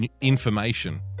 information